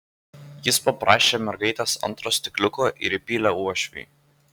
jis paprašė mergaitės antro stikliuko ir įpylė uošviui